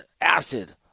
acid